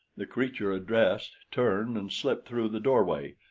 the creature addressed turned and slipped through the doorway,